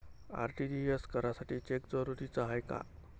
RTGS करासाठी cheque जरुरीचा हाय काय?